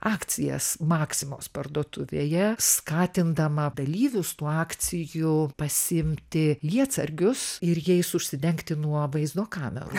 akcijas maximos parduotuvėje skatindama dalyvius tų akcijų pasiimti lietsargius ir jais užsidengti nuo vaizdo kamerų